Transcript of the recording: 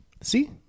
See